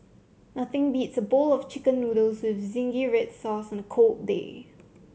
nothing beats a bowl of chicken noodles with zingy red sauce on a cold day